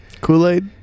Kool-Aid